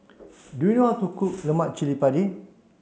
do you how to cook Lemak Cili Padi